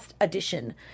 edition